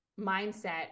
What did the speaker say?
mindset